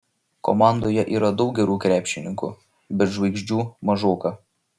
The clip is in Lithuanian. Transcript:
komandoje yra daug gerų krepšininkų bet žvaigždžių mažoka